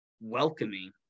welcoming